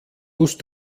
musst